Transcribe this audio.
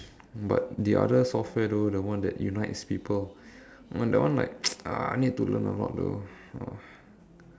but the other software though the one that unites people one that one like ah need to learn a lot though